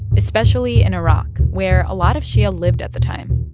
especially in iraq, where a lot of shia lived at the time.